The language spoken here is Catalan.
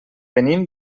venim